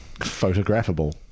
photographable